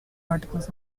articles